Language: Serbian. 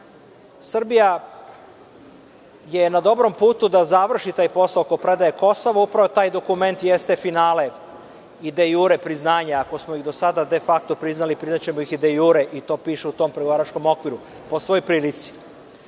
Srbija je na dobrom putu da završi taj posao oko predaje Kosova. Upravo taj dokument jeste finale i de jure priznanja, ako smo ih do sada de fakto priznali, priznaćemo ih i de jure i to piše u tom pregovaračkom okviru, po svoj prilici. Podsetio